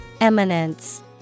Eminence